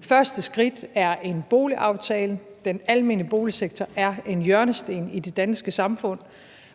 første skridt er en boligaftale. Den almene boligsektor er en hjørnesten i det danske samfund;